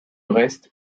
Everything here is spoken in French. reste